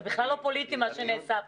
זה בכלל לא פוליטי מה שנעשה פה.